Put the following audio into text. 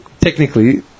Technically